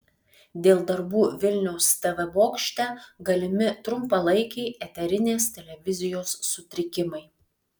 dėl darbų vilniaus tv bokšte galimi trumpalaikiai eterinės televizijos sutrikimai